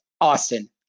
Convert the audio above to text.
Austin